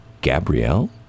Gabrielle